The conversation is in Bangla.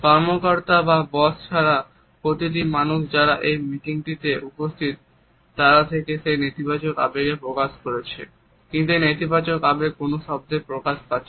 কর্মকর্তা বা বস ছাড়া প্রতিটা মানুষ যারা এই মিটিংটিতে উপস্থিত তারা থেকে একটি নেতিবাচক আবেগ প্রকাশ করছে